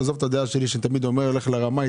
עזוב את הדעה שלי שאני תמיד אומר לך לרמאי,